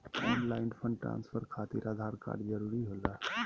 Online fund transfer खातिर Aadhaar card जरूरी होला?